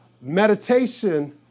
meditation